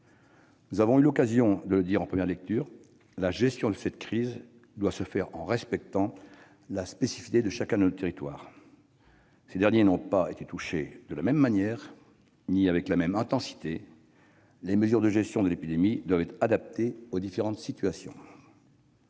Nous avons aussi eu l'occasion de le dire en première lecture : la gestion de cette sortie de crise doit respecter la spécificité de chacun de nos territoires. Tous n'ont pas été touchés de la même manière ni avec la même intensité. Les mesures de gestion de l'épidémie doivent être adaptées aux différentes situations.